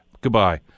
Goodbye